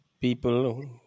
people